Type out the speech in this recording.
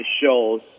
shows